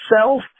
self